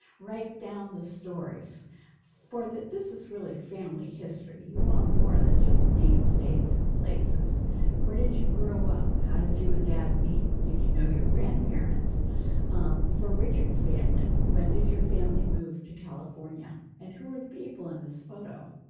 right down the stories for that. this is really family history. you want more than just name states in places where did you grow up, how did you and dad meet. did you know your grandparents for richard's family. when did your family moved to california and who are the people in this photo.